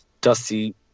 Dusty